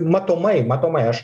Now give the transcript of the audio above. matomai matomai aš